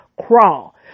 crawl